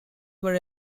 were